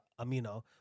Amino